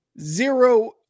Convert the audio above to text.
zero